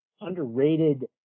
underrated